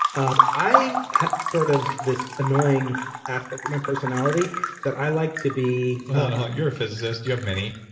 um i have sort of this annoying aspect of my personality that i like to be you're a physicist. you have many